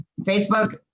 facebook